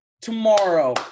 tomorrow